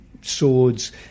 swords